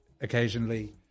occasionally